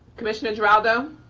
commissioner drago.